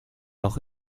auch